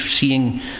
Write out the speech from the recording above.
seeing